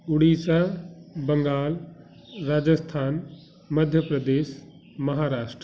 Orissa Bengal Rajasthan Madhya Pradesh Maharashtra